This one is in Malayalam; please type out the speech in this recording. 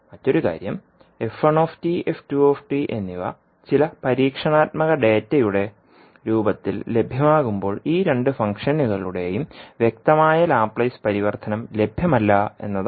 മറ്റൊരു കാര്യം എന്നിവ ചില പരീക്ഷണാത്മക ഡാറ്റയുടെ രൂപത്തിൽ ലഭ്യമാകുമ്പോൾ ഈ രണ്ട് ഫംഗ്ഷനുകളുടെയും വ്യക്തമായ ലാപ്ലേസ് പരിവർത്തനം ലഭ്യമല്ല എന്നതാണ്